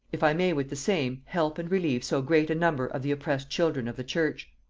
if i may with the same help and relieve so great a number of the oppressed children of the church.